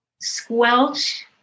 squelch